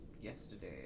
yesterday